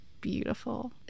Beautiful